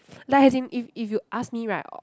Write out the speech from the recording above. like as in if if you ask me right uh